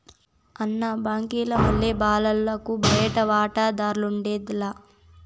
అన్న, బాంకీల మల్లె ఈ బాలలకు బయటి వాటాదార్లఉండేది లా